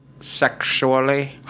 Sexually